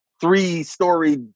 three-story